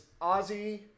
Ozzy